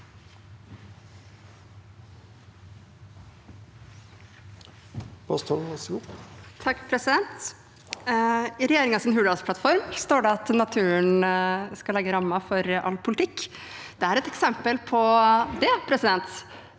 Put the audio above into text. I regjeringens Hurdalsplattform står det at naturen skal legge rammer for all politikk. Dette er et eksempel på det, og det